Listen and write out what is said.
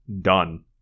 Done